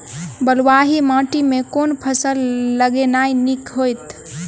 बलुआही माटि मे केँ फसल लगेनाइ नीक होइत?